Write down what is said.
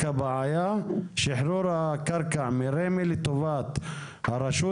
היא שחרור הקרקע מרמ"י לטובת הרשות,